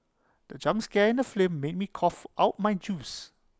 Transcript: the jump scare in the flame made me cough out my juice